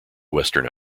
western